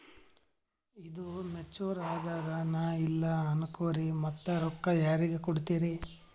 ಈದು ಮೆಚುರ್ ಅದಾಗ ನಾ ಇಲ್ಲ ಅನಕೊರಿ ಮತ್ತ ರೊಕ್ಕ ಯಾರಿಗ ಕೊಡತಿರಿ?